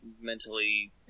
mentally